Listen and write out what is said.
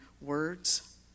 words